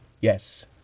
yes